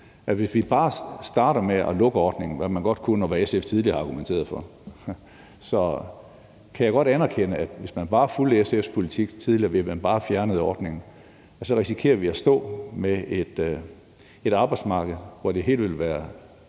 Hvis vi bare starter med at lukke ordningen, hvad man godt kunne, og hvad SF tidligere har argumenteret for, hvis man bare fulgte SF's politik fra tidligere, ved at man bare fjernede ordningen, kan jeg godt anerkende, at vi risikerede at stå med et arbejdsmarked, hvor det hele ville være